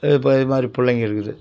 இதுமாதிரி பிள்ளைங்க இருக்குது